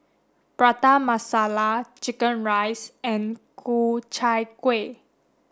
Prata Masala chicken rice and Ku Chai Kueh